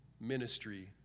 ministry